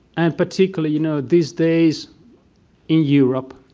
and particularly, you know, these days in europe,